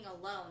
alone